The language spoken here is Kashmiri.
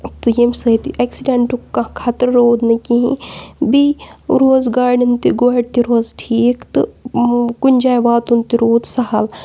تہٕ ییٚمہِ سۭتۍ ایکسِڈنٹُک کانٛہہ خطرٕ روٗد نہٕ کِہیٖنۍ بیٚیہِ روزٕ گاڑٮ۪ن تہِ گۄڑِ تہِ روز ٹھیٖک تہٕ کُنہِ جایہِ واتُن تہِ روٗد سَہل